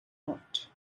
not